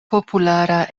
populara